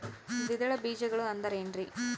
ದ್ವಿದಳ ಬೇಜಗಳು ಅಂದರೇನ್ರಿ?